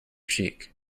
cheek